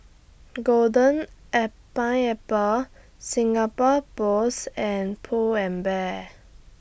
Golden An Pineapple Singapore Post and Pull and Bear